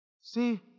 See